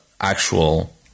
actual